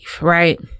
right